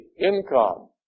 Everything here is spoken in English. income